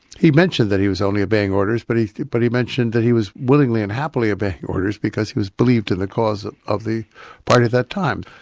he mentioned that he was only obeying orders but he but he mentioned that he was willingly and happily obeying orders because he believed in the cause of the party at that time.